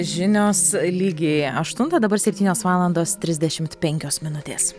žinios lygiai aštuntą dabar septynios valandos trisdešimt penkios minutės